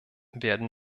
werden